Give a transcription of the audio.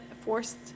forced